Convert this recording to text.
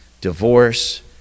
divorce